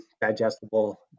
digestible